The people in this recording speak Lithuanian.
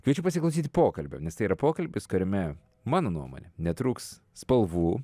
kviečiu pasiklausyti pokalbio nes tai yra pokalbis kuriame mano nuomone netrūks spalvų